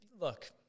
look